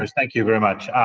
thank you very much.